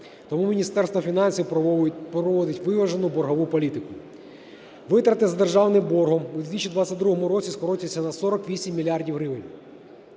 Тому Міністерство фінансів проводить виважену боргову політику. Витрати за державним боргом у 2022 році скоротяться на 48 мільярдів